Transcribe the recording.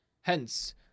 Hence